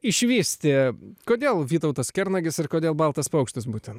išvysti kodėl vytautas kernagis ir kodėl baltas paukštis būtent